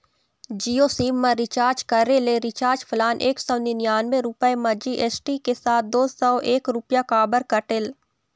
Jio sim मा recharge करे ले रिचार्ज प्लान एक सौ निन्यानबे रुपए मा जी.एस.टी के साथ दो सौ एक रुपया काबर कटेल?